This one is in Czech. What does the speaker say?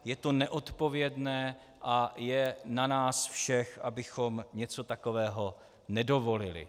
Je to neodpovědné a je na nás všech, abychom něco takového nedovolili.